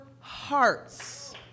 hearts